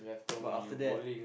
but after that